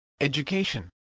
Education